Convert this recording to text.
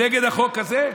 נגד החוק הזה?